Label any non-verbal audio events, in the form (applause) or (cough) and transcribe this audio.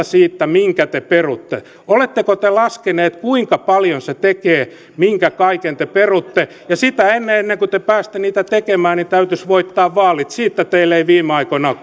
(unintelligible) siitä minkä te perutte oletteko te laskeneet kuinka paljon se tekee minkä kaiken te perutte ja sitä ennen ennen kuin te pääsette niitä tekemään niin täytyisi voittaa vaalit siitä teillä ei viime aikoina (unintelligible)